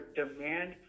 demand